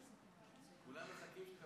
המכונה המנטור,